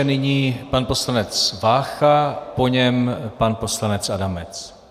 Nyní pan poslanec Vácha, po něm pan poslanec Adamec.